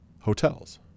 hotels